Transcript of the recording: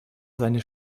seine